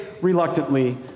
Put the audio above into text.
reluctantly